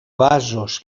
vasos